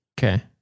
Okay